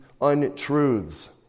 untruths